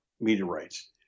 meteorites